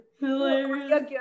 Hilarious